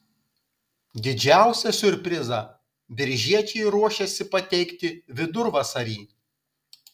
didžiausią siurprizą biržiečiai ruošiasi pateikti vidurvasarį